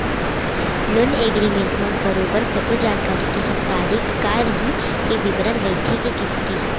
loan agreement म बरोबर सब्बो जानकारी के संग तारीख काय रइही के बिबरन रहिथे के किस्ती